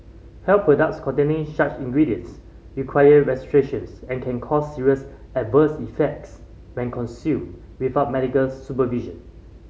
health products containing such ingredients require registrations and can cause serious adverse effects when consumed without medical supervision